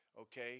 okay